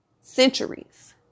Centuries